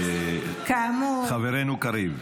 חברנו קריב.